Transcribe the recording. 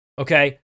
okay